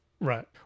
Right